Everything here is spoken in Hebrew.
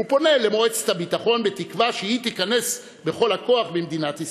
ופונה למועצת הביטחון בתקווה שהיא "תיכנס בכל הכוח" במדינת ישראל.